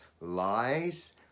Lies